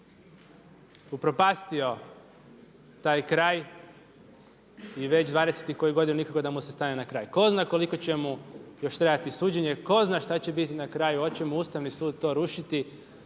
upropastio taj kraj i već dvadeset i koju godinu nikako da mu se stane na kraj. Ko zna koliko će mu još trajati suđenje, ko zna šta će biti na kraju, oće mu Ustavni sud to rušiti,